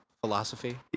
philosophy